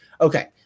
okay